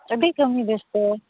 ᱟᱹᱰᱤ ᱠᱟᱹᱢᱤ ᱵᱮᱥᱛᱚ